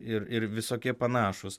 ir ir visokie panašūs